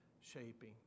shaping